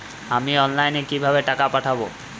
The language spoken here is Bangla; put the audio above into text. আমি অনলাইনে কিভাবে টাকা পাঠাব?